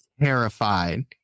terrified